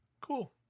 cool